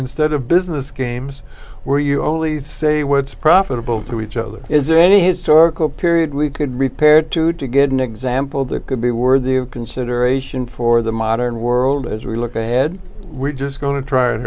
instead of business games where you only say what's profitable to each other is there any historical period we could repaired to to get an example that could be worthy of consideration for the modern world as we look ahead we're just going to try